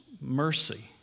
mercy